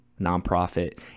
nonprofit